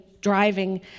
driving